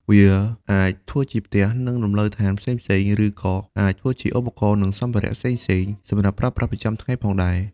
វាអាចធ្វើជាផ្ទះ និងលំនៅឋានផ្សេងៗឬក៏អាចធ្វើជាឧបករណ៍និងសម្ភារៈផ្សេងៗសម្រាប់ប្រើប្រាស់ប្រចំាថ្ងៃផងដែរ។